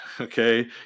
Okay